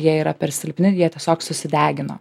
jie yra per silpni jie tiesiog susidegino